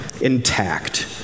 intact